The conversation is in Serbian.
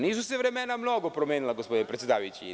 Nisu se vremena mnogo promenila, gospodine predsedavajući.